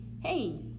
hey